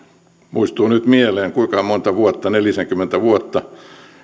muistuu nyt mieleen kuinkahan monta vuotta nelisenkymmentä vuotta